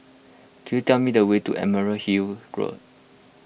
could you tell me the way to Emerald Hill Road